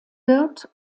wird